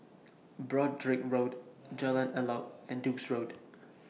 Broadrick Road Jalan Elok and Duke's Road